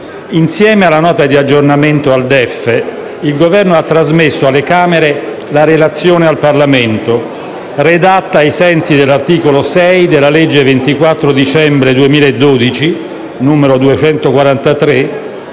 Insieme alla Nota di aggiornamento al DEF 2017, il Governo ha trasmesso alle Camere la relazione al Parlamento, redatta ai sensi dell'articolo 6 della legge 24 dicembre 2012, n. 243,